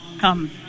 come